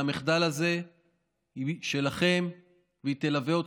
למחדל הזה שלכם תלווה אתכם.